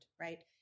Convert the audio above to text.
right